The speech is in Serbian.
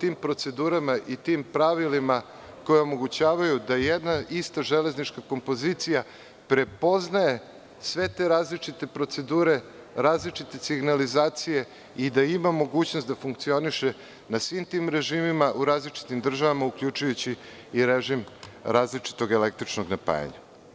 tim procedurama i tim pravilima koja omogućavaju da jedna ista železnička kompozicija prepoznaje sve te različite procedure, različite signalizacije i da ima mogućnost da funkcioniše na svim tim režimima u različitim državama, uključujući i režim različitog električnog napajanja.